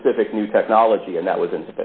specific new technology and that was in